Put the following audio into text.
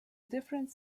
different